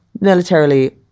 militarily